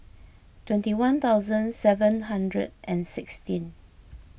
twenty one thousand seven hundred and sixteen